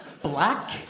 Black